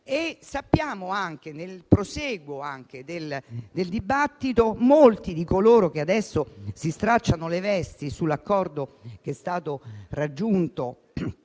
Sappiamo anche che, nel prosieguo del dibattito, molti di coloro che adesso si stracciano le vesti sull'accordo che è stato raggiunto